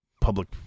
public